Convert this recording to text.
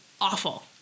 awful